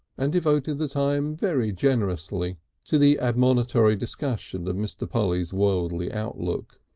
and devoted the time very generously to the admonitory discussion of mr. polly's worldly outlook.